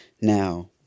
Now